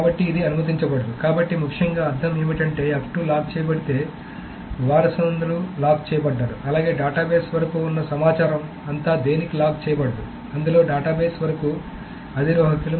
కాబట్టి ఇది అనుమతించబడదు కాబట్టి ముఖ్యంగా అర్ధం ఏమిటంటేలాక్ చేయబడితే వారసులందరూ లాక్ చేయబడ్డారు అలాగే డేటాబేస్ వరకు ఉన్న సమాచారం అంతా దేనికీ లాక్ వేయబడదు అందులో డేటాబేస్ వరకు అధిరోహకులు